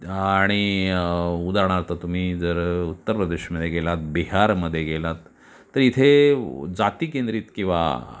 आणि उदाहरणार्थ तुम्ही जर उत्तर प्रदेशमध्ये गेलात बिहारमध्ये गेलात तर इथे जातीकेंद्रित किंवा